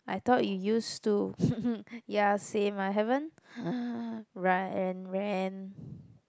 I thought you used to ya same I haven't run and ran